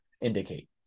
indicate